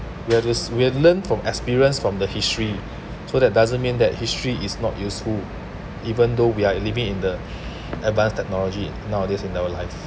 we have this we've learn from experience from the history so that doesn't mean that history is not useful even though we are living in the advanced technology nowadays in our life